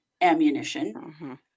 ammunition